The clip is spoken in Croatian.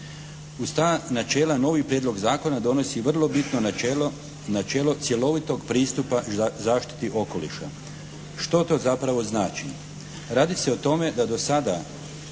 Uz ta načela novi prijedlog zakona donosi vrlo bitno načelo, načelo cjelovitog pristupa zaštiti okoliša. Što to zapravo znači? Radi se o tome da dosada